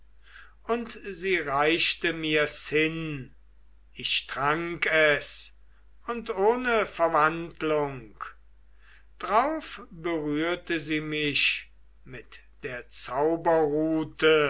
und sie reichte mir's hin ich trank es und ohne verwandlung drauf berührte sie mich mit der